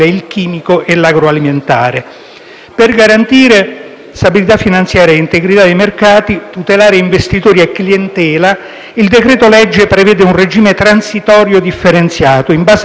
Per garantire stabilità finanziaria e integrità dei mercati, tutelare investitori e clientela, il decreto-legge prevede un regime transitorio differenziato in base alla natura dei soggetti e del tipo di attività.